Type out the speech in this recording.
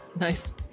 Nice